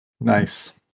Nice